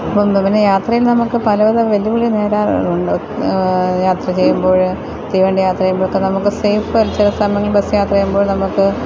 ഉണ്ട് പിന്നെ യാത്രയില് നമുക്ക് പലവിധ വെല്ലുവിളി നേടാറുണ്ട് യാത്ര ചെയ്യുമ്പോൾ തീവണ്ടി യാത്ര ചെയ്യുമ്പോഴൊക്കെ നമുക്ക് സേഫാണ് ചില സമയങ്ങളില് ബസ് യാത്ര ചെയ്യുമ്പോള് നമുക്ക്